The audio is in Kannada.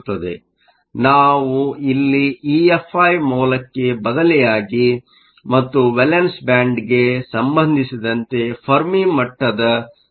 ಆದ್ದರಿಂದ ನಾವು ಇಲ್ಲಿ EFi ಮೌಲ್ಯಕ್ಕೆ ಬದಲಿಯಾಗಿ ಮತ್ತು ವೇಲೆನ್ಸಿ ಬ್ಯಾಂಡ್ಗೆ ಸಂಬಂಧಿಸಿದಂತೆ ಫೆರ್ಮಿ ಮಟ್ಟದ ಸ್ಥಾನವನ್ನು ಪಡೆಯಬಹುದು